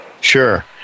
Sure